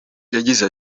yagize